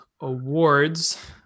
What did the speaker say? awards